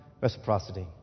reciprocity